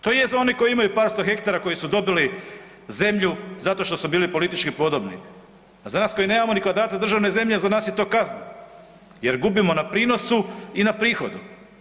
To je za one koji imaju par sto hektara koji su dobili zemlju zato što su bili politički podobni, a za nas koji nemamo ni kvadrata državne zemlje za nas je to kazna jer gubimo na prinosu i na prihodu.